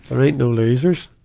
right, no losers.